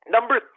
Number